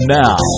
now